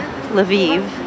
Lviv